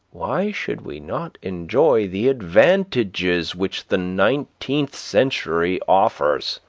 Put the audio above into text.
why should we not enjoy the advantages which the nineteenth century offers?